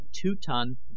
two-ton